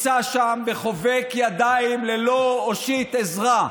עבריין זו מילה עדינה בשבילך.